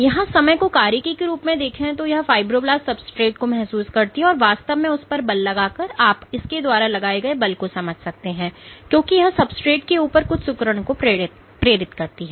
यहां समय को कार्यकी के रूप में देखे तो यह फाइब्रोब्लास्ट सबस्ट्रेट को महसूस करती है और वास्तव में उस पर बल लगाकर आप इसके द्वारा लगाए बल को समझ सकते हैं क्योंकि यह सबस्ट्रेट के ऊपर कुछ सिकुड़न को प्रेरित करती है